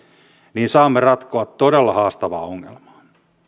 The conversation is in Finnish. niin saamme ratkoa todella haastavaa ongelmaa